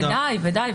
בוודאי.